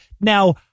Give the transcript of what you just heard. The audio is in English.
Now